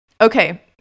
Okay